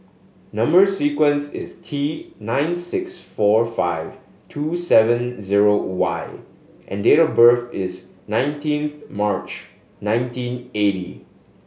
number sequence is T nine six four five two seven zero Y and date of birth is nineteenth March nineteen eighty